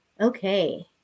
okay